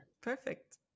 Perfect